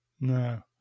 No